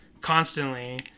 constantly